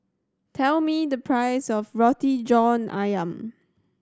tell me the price of Roti John Ayam